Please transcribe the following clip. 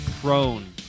prone